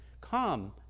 Come